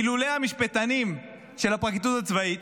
אילולא המשפטנים של הפרקליטות הצבאית,